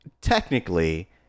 technically